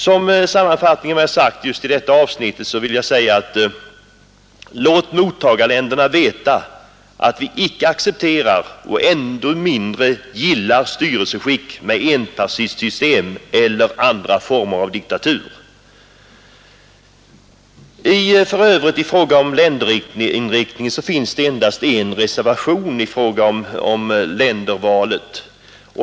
Som sammanfattning av vad jag framhållit i detta avsnitt vill jag säga: Låt mottagarländerna veta att vi inte accepterar och ännu mindre gillar styrelseskick med enpartisystem eller andra former av diktatur. Beträffande länderinriktningen finns endast en reservation.